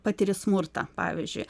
patiri smurtą pavyzdžiui